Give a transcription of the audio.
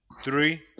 Three